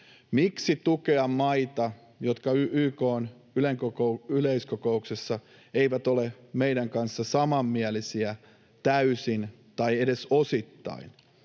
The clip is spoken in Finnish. miksi tukea maita, jotka YK:n yleiskokouksessa eivät ole meidän kanssamme samanmielisiä täysin tai edes osittain.